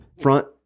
front